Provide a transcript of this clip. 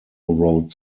wrote